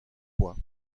poa